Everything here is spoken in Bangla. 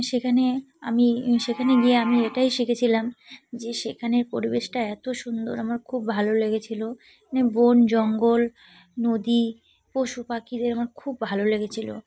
সেখানে আমি সেখানে গিয়ে আমি এটাই শিখেছিলাম যে সেখানের পরিবেশটা এত সুন্দর আমার খুব ভালো লেগেছিল মানে বন জঙ্গল নদী পশু পাখিদের আমার খুব ভালো লেগেছিল